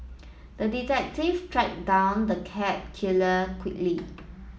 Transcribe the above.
the detective tracked down the cat killer quickly